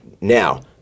Now